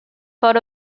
part